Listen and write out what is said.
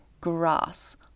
grass